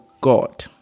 God